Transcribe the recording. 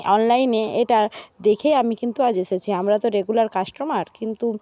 অনলাইনে এটা দেখেই আমি কিন্তু আজ এসেছি আমরা তো রেগুলার কাস্টোমার কিন্তু